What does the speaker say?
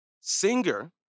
singer